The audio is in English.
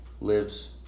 lives